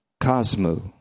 cosmo